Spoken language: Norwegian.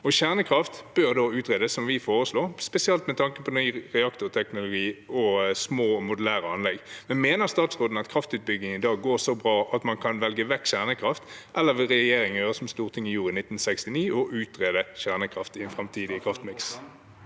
– Referat 2473 utredes, som vi foreslår, spesielt med tanke på ny reaktorteknologi og små modulære anlegg. Mener statsråden at kraftutbyggingen i dag går så bra at man kan velge vekk kjernekraft, eller vil regjeringen gjøre som Stortinget gjorde i 1969, og utrede kjernekraft i et framtidig perspektiv?